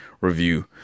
review